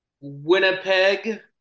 Winnipeg